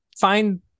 find